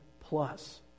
plus